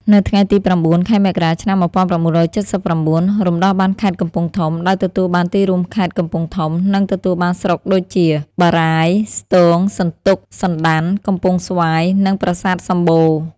នៅថ្ងៃទី ០៩ ខែមករា ឆ្នាំ ១៩៧៩ រំដោះបានខេត្តកំពង់ធំ ដោយទទួលបានទីរួមខេត្ត កំពង់ធំ និងទទួលបានស្រុកដូចជា បារាយណ៍ ស្ទោង សន្ទុក សណ្តាន់ កំពង់ស្វាយ និងប្រាសាទសំបូរ។